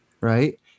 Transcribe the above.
right